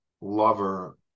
lover